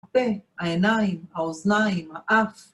הפה, העיניים, האוזניים, האף.